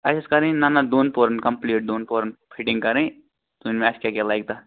اَسہِ ٲس کَرنۍ نہ نہ دۄن پوٚہرَن کَمپلیٖٹ دۄن پوٚہرَن فِٹِنٛگ کَرنۍ تُہۍ ؤنو مےٚ اسہ کیاہ کیاہ لَگہِ تتھ